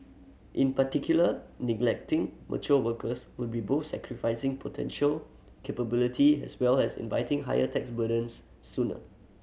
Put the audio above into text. in particular neglecting mature workers would be both sacrificing potential capability as well as inviting higher tax burdens sooner